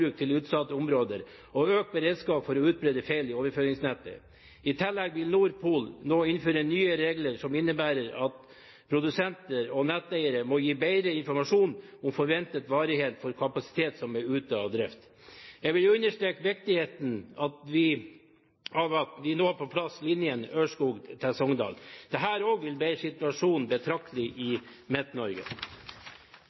forbruk i utsatte områder og økt beredskap for å utbedre feil i overføringsnettet. I tillegg vil NordPool nå innføre nye regler som innebærer at produsenter og netteiere må gi bedre informasjon om forventet varighet for kapasitet som er ute av drift.» Jeg vil understreke viktigheten av at vi får på plass linjen fra Ørskog til Sogndal. Dette vil også bedre situasjonen betraktelig i